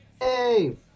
Hey